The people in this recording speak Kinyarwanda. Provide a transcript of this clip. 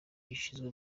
gishinzwe